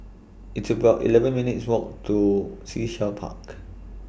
It's about eleven minutes' Walk to Sea Shell Park